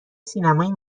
سینمای